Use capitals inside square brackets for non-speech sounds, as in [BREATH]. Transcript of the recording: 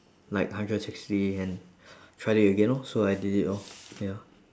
like hundred and sixty and [BREATH] tried it again lor so I did it lor ya